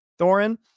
Thorin